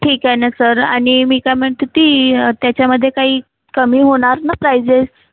ठीक आहे ना सर आणि मी काय म्हणते ती त्याच्यामध्ये काही कमी होणार ना प्रायजेस